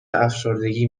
افسردگی